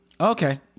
Okay